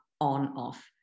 on-off